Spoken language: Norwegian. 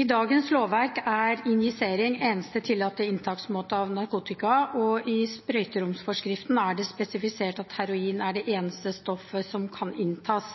I dagens lovverk er injisering eneste tillatte inntaksmåte av narkotika, og i sprøyteromsforskriften er det spesifisert at heroin er det eneste stoffet som kan inntas.